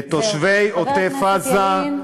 לתושבי עוטף-עזה,